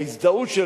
ההזדהות,